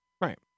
Right